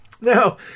Now